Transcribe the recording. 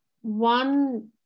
one